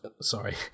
Sorry